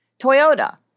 Toyota